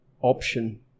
option –